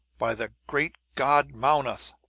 by the great god mownoth!